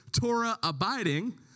Torah-abiding